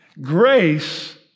Grace